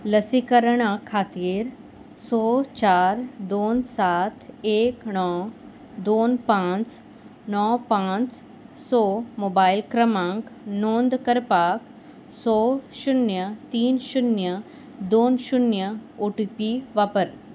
लसीकरणा खातीर स चार दोन सात एक णव दोन पांच णव पांच स मोबायल क्रमांक नोंद करपाक स शुन्य तीन शुन्य दोन शुन्य ओ टी पी वापर